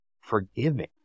forgiving